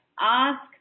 Ask